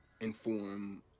inform